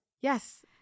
yes